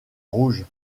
rouge